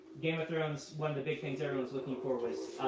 game of thrones, one of the big things everyone was looking for was oh,